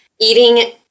eating